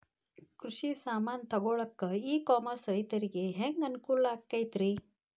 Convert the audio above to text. ಕೃಷಿ ಸಾಮಾನ್ ತಗೊಳಕ್ಕ ಇ ಕಾಮರ್ಸ್ ರೈತರಿಗೆ ಹ್ಯಾಂಗ್ ಅನುಕೂಲ ಆಕ್ಕೈತ್ರಿ?